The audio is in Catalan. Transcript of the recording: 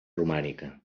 romànica